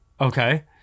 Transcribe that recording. Okay